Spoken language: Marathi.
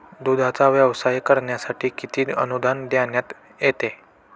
दूधाचा व्यवसाय करण्यासाठी किती अनुदान देण्यात येते?